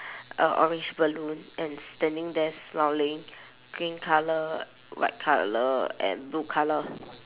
a orange balloon and standing there smiling green colour white colour and blue colour